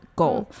goal